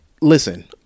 Listen